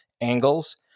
angles